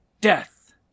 Death